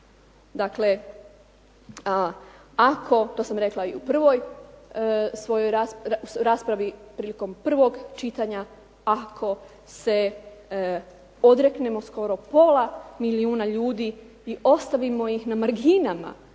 Dakle, ako to sam rekla i u svojoj prvoj raspravi prilikom prvog čitanja, ako se odreknemo skoro pola milijuna ljudi i ostavimo ih na marginama